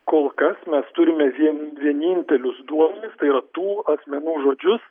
kol kas mes turime vien vienintelius duomenis tai yra tų asmenų žodžius